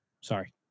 Sorry